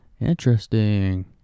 interesting